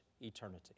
eternity